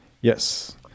Yes